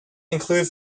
include